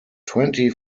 twenty